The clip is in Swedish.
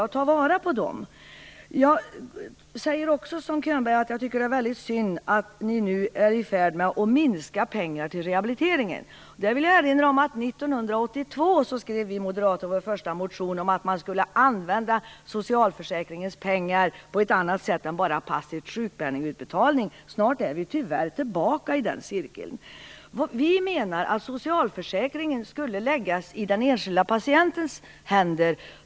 Ta vara på dem! Jag tycker också, som Könberg, att det är synd att ni nu är i färd med att dra ner på pengarna till rehabiliteringen. Jag vill erinra om att vi moderater 1982 skrev vår första motion om att man skulle använda socialförsäkringens pengar på ett annat sätt än till att bara passivt betala ut sjukpenning. Snart är vi tyvärr tillbaka i den cirkeln. Vi menar att socialförsäkringen skulle läggas i den enskilda patientens händer.